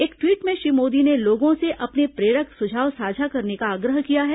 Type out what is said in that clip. एक ट्वीट में श्री मोदी ने लोगों से अपने प्रेरक सुझाव साझा करने का आग्रह किया है